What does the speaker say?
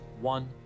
one